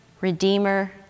redeemer